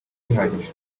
zihagije